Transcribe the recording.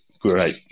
great